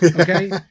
Okay